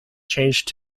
changed